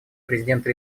президента